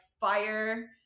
fire